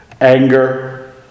anger